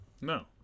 No